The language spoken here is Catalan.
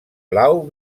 blau